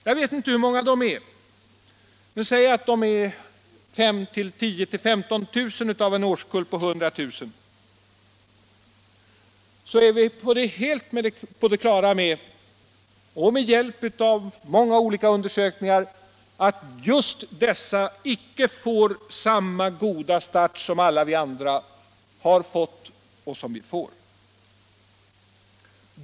Jag vet inte hur många de är — säg 5 000, 10 000 eller 15 000 av en årskull på 100 000 —- men vi är helt på det klara med efter åtskilliga undersökningar att det finns de som inte får samma goda start som alla vi andra har fått och får.